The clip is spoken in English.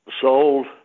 sold